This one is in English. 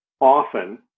often